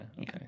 Okay